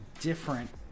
different